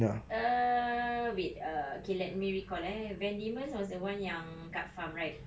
err wait err K let me recall eh van diemen's was the one yang kat farm right